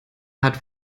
hat